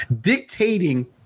dictating